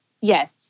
Yes